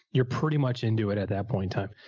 you're pretty much into it at that point time.